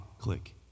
click